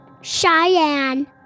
Cheyenne